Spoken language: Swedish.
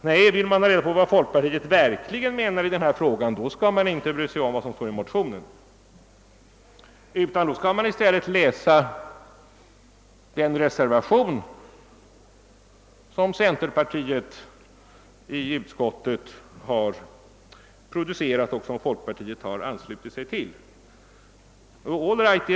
Nej, vill man ha reda på vad folkpartiet verkligen menar i denna fråga skall man inte bry sig om vad som står i motionen, utan då skall man i stället läsa den reservation i utskottet som centerpartiet har producerat och som folkpartiet har anslutit sig till.